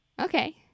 Okay